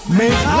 make